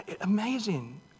Amazing